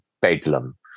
bedlam